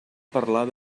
parlar